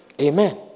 Amen